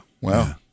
Wow